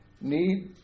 need